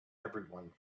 everyone